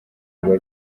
rwa